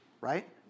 Right